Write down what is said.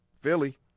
Philly